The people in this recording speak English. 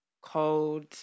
cold